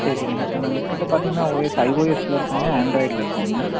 சரி சரிங்க இப்போ நம்மக்கிட்ட பார்த்திங்கன்னா ஓஎஸ் ஐஓஎஸ்ஸில் இருக்குங்க ஆண்ட்ராய்டில் இருக்குங்க